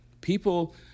People